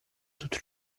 tutto